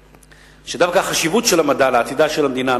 שדווקא החשיבות של המדע לעתידה של המדינה,